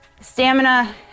Stamina